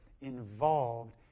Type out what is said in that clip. involved